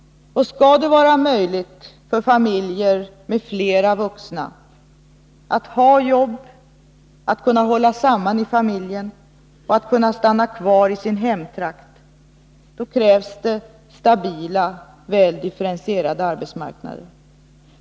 Skall det vara möjligt för familjer med flera vuxna att ha jobb, hålla samman i familjen och stanna kvar i sin hemtrakt, då krävs det stabila, väl differentierade arbetsmarknader.